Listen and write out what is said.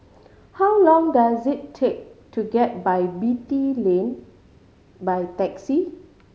how long does it take to get Beatty Lane by taxi